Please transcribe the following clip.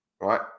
Right